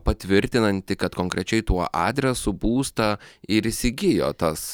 patvirtinantį kad konkrečiai tuo adresu būstą ir įsigijo tas